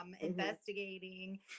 investigating